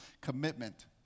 commitment